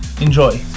Enjoy